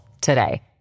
today